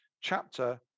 chapter